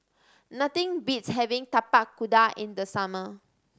nothing beats having Tapak Kuda in the summer